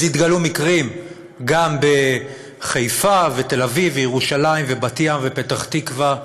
אז התגלו מקרים גם בחיפה ותל-אביב וירושלים ובת-ים ופתח-תקווה,